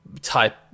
type